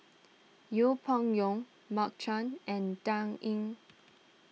Yeng Pway Ngon Mark Chan and Dan Ying